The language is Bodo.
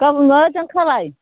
गाबोन मोजां खालाय